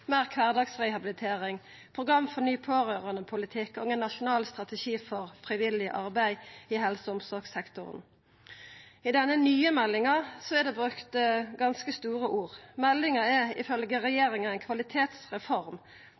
meir kvardagsrehabilitering, program for ny pårørandepolitikk og ein nasjonal strategi for frivillig arbeid i helse- og omsorgssektoren. I denne nye meldinga er det brukt ganske store ord. Meldinga er, ifølgje regjeringa, ei kvalitetsreform.